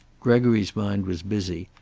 gregory's mind was busy,